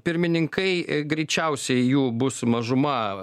pirmininkai greičiausiai jų bus mažuma